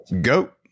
Goat